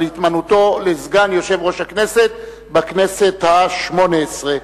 על התמנותו לסגן יושב-ראש הכנסת בכנסת השמונה-עשרה.